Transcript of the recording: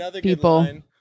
people